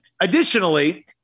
Additionally